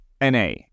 NA